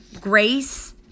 grace